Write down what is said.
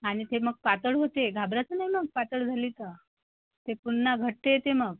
आणि ते मग पातळ होते घाबरायचं नाही मग पातळ झाली तर ते पुन्हा घट्ट येते मग